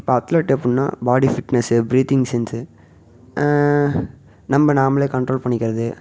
இப்போ அத்லட் அப்புடின்னா body fitness breathing sense நம்ம நாம்மளே கண்ட்ரோல் பண்ணிக்கிறது